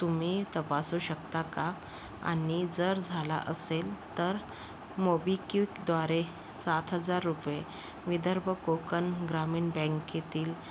तुम्ही तपासू शकता का आणि जर झाला असेल तर मोबिक्विकद्वारे सात हजार रुपये विदर्भ कोकण ग्रामीण बँकेतील